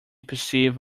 perceive